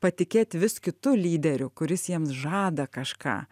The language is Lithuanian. patikėti vis kitu lyderiu kuris jiems žada kažką